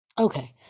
Okay